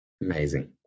Amazing